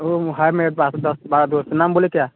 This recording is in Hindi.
वो हैं मेरे पास दस बारह दोस्त नाम बोलें क्या